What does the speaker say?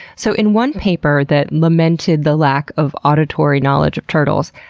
so in one paper that lamented the lack of auditory knowledge of turtles,